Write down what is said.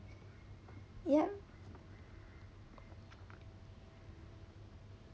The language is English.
ya